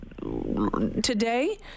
today